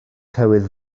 tywydd